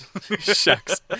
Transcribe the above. Shucks